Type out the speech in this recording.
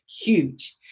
huge